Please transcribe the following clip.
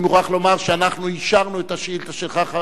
אני מוכרח לומר שאנחנו אישרנו את השאילתא שלך,